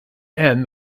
end